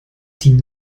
die